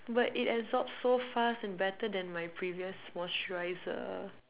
but it absorbs so fast and better than my previous moisturizer